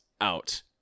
out